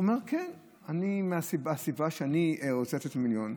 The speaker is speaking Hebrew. הוא אומר: כן, הסיבה שאני רוצה לתת 100 מיליון,